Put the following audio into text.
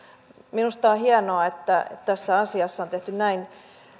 minusta on hienoa että tässä asiassa on tehty näin